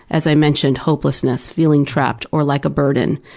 as i mentioned, hopelessness, feeling trapped or like a burden,